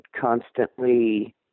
constantly